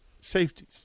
safeties